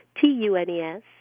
T-U-N-E-S